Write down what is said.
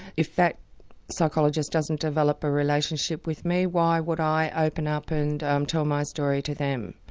if that psychologist doesn't develop a relationship with me, why would i open up and um tell my story to them?